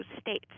states